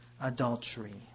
adultery